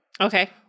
okay